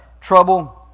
trouble